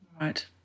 Right